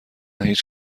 هیچ